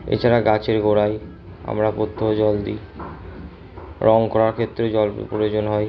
এছাড়া গাছের গোড়ায় আমরা প্রত্যহ জল দিই রং করার ক্ষেত্রেও জল প্রয়োজন হয়